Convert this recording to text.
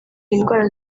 indwara